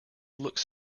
looks